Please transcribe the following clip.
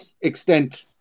extent